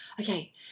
okay